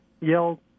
yell